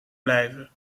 blijven